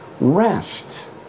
rest